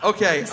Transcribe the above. Okay